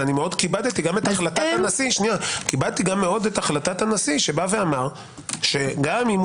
וכיבדתי גם את החלטת הנשיא שאמר שגם אם